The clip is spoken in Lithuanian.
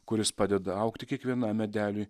kuris padeda augti kiekvienam medeliui